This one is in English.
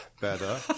better